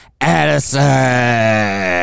Addison